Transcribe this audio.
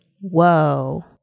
whoa